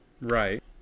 Right